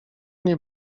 nie